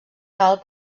cal